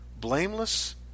blameless